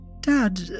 Dad